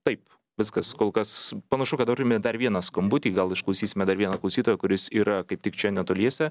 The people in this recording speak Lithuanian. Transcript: taip viskas kol kas panašu kad turime dar vieną skambutį gal išklausysime dar vieną klausytoją kuris yra kaip tik čia netoliese